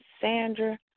Sandra